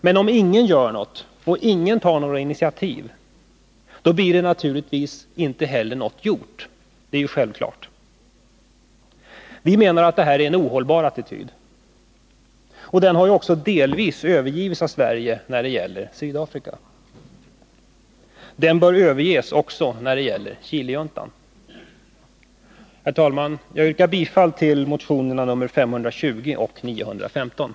Men om ingen gör något och ingen tar något initiativ, blir det naturligtvis heller ingenting gjort. Det är självklart. Vi menar att detta är en ohållbar attityd. Den har delvis också övergivits av Sverige när det gäller Sydafrika. Den bör överges även när det gäller Nr 148 Chilejuntan. Herr talman! Jag yrkar bifall till motionerna nr 520 och 915.